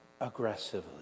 aggressively